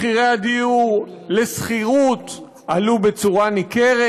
מחירי הדיור לשכירות עלו בצורה ניכרת.